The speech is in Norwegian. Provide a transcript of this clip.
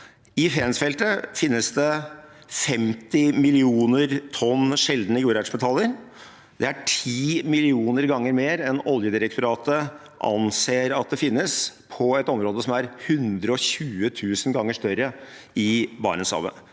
I Fensfeltet finnes det 50 mill. tonn sjeldne jordartsmetaller. Det er ti millioner ganger mer enn Oljedirektoratet anser at det finnes – på et område som er 120 000 ganger større – i Barentshavet.